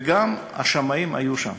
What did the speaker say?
וגם השמאים היו שם,